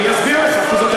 אני אסביר לך.